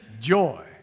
joy